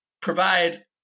provide